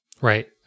Right